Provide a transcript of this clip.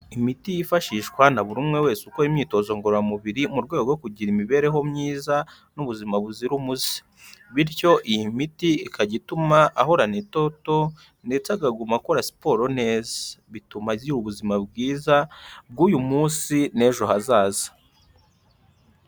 Imiti yifashishwa na buri umwe wese ukora imyitozo ngororamubiri mu rwego rwo kugira imibereho myiza n'ubuzima buzira umuze. Bityo iyi miti ikajya ituma ahorana itoto ndetse akaguma akora siporo neza bituma agira ubuzima bwiza bw'uyu munsi n'ejo hazaza.